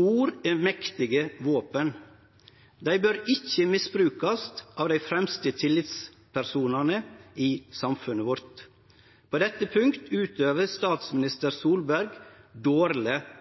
Ord er mektige våpen. Dei bør ikkje misbrukast av dei fremste tillitspersonane i samfunnet vårt. På dette punktet utøver statsminister Solberg dårleg